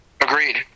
Agreed